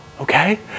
okay